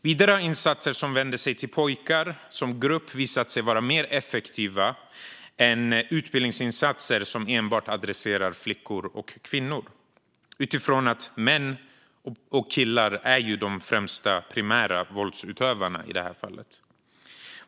Vidare har insatser som vänder sig till pojkar som grupp visat sig vara mer effektiva än utbildningsinsatser som enbart adresserar flickor och kvinnor, utifrån att män och killar ju är de främsta primära våldsutövarna i det här fallet.